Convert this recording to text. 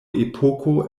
epoko